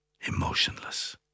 emotionless